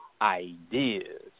ideas